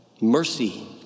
mercy